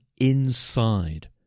inside